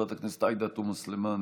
חברת הכנסת תמר זנדברג,